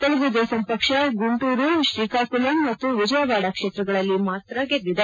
ತೆಲುಗು ದೇಸಂ ಪಕ್ಷ ಗುಂಟೂರು ಶ್ರೀಕಾಕುಲಂ ಮತ್ತು ವಿಜಯವಾಡ ಕ್ಷೇತ್ರಗಳಲ್ಲಿ ಮಾತ್ರ ಗೆದ್ದಿದೆ